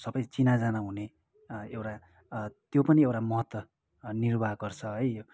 सबै चिनाजाना हुने एउटा त्यो पनि एउटा महत्त्व निर्वाह गर्छ है